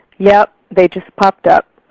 yeah, they just popped up.